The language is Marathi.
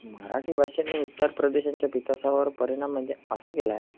मराठी भाषेने इतर प्रदेशांच्या विकासावर परिणाम म्हणजे असा केला आहे